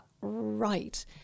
right